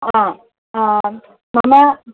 मम